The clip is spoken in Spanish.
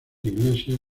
iglesia